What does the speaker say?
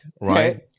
right